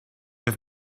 have